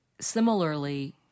similarly